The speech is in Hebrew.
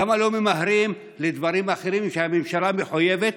למה לא ממהרים לדברים אחרים שהממשלה מחויבת,